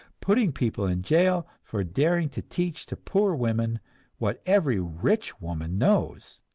putting people in jail for daring to teach to poor women what every rich woman knows,